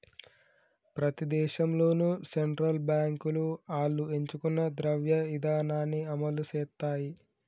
ప్రతి దేశంలోనూ సెంట్రల్ బాంకులు ఆళ్లు ఎంచుకున్న ద్రవ్య ఇదానాన్ని అమలుసేత్తాయి